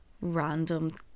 random